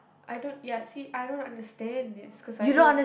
I don't ya you see I don't understand this cause I don't